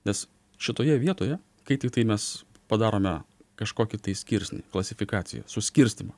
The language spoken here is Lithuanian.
nes šitoje vietoje kai tiktai mes padarome kažkokį tai skirsnį klasifikaciją suskirstymą